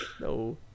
No